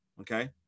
Okay